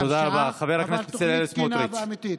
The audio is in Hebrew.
אבל תוכנית תקינה ואמיתית.